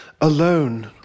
Alone